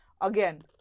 again